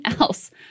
else